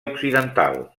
occidental